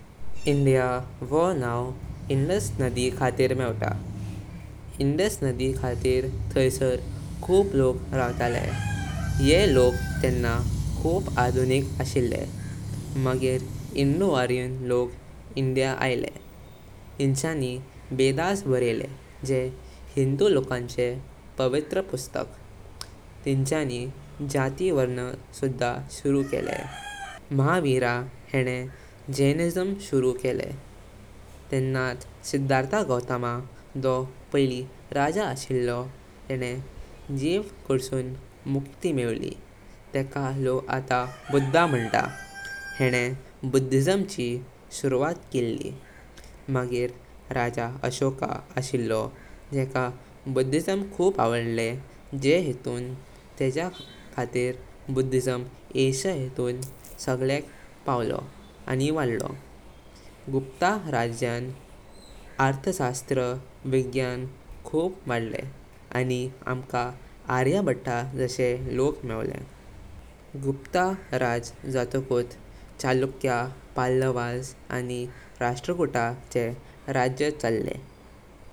India वो नव Indus नदी खातीर मेवता। इंदुस नदी खातीर थैसर खुप लोवग रवतले। येह लोक तेनना खुप आधुनिक अशिले। मगिर इंडो-आर्यन लोवग इंडिया आइले। हिंचानी वेदस बरा इले जे हिंदूव लोकांग पवित्र पुस्तक। तिच्चानी जाति वर्णा सुद्धा शुरू केले। महावीर ह्येणे जैनिज्म शुरू केले। तेन्नाच सिद्धार्थ गौतम जो पैली राजा अशिलो तेणे जेव कडसुन मुक्ति मेवली तेका लोवग आत्ता बुद्धा मानता। ह्येणे बौद्धिज्म ची शुरवात केली। मगिर राजा अशोक अशिलो जेका बौद्धिज्म खुप आवडल जें हितुन तेजा खातीर बौद्धिज्म आशिया हितुन संगल्‍ल्‍यक पावलो अनी वडलो। गुप्ता राज्यां अर्थशास्त्र, विज्ञान खुप वडलें अनी आमका आर्यभट्ट असे लोवग मेवले। गुप्ता राज्ये जाताकूत चालुक्य, पल्लवस अनी राष्ट्रकूटाचे राय चालले।